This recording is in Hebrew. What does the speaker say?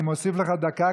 אני מוסיף לך דקה,